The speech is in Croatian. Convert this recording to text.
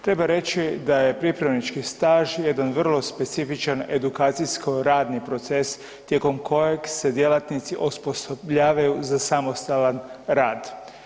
Treba reći da je pripravnički staž jedan vrlo specifičan edukacijsko-radni proces tijekom kojeg se djelatnici osposobljavaju za samostalan rad.